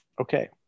Okay